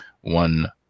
One